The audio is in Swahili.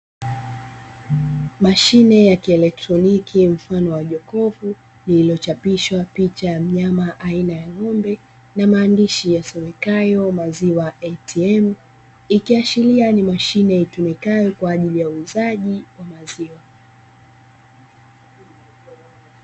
Mashine ya kielotroniki mfano wa jokofu, lililochapishwa picha ya mnyama aina ya ng'ombe na maandishi yasomekayo "Maziwa ATM", ikiashiria ni mashine itumikayo kwa ajili ya huuzaji wa maziwa.